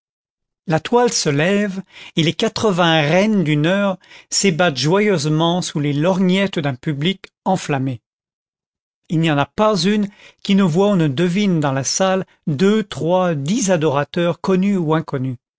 la toile se lève et les quatre-vingts reines d'une heure s'ébattent joyeusement sous les lorgnettes d'un public enflammé il n'y en a pas une qui ne voie ou ne devine dans la salle deux trois dix adorateurs connus ou inconnus